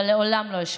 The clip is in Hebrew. אבל לעולם, לא אשכח.